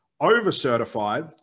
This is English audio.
over-certified